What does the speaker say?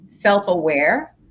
self-aware